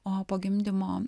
o po gimdymo